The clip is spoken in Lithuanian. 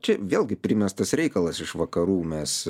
čia vėlgi primestas reikalas iš vakarų mes